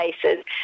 places